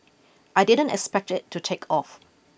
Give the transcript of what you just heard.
I didn't expect it to take off